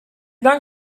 dank